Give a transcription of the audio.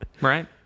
Right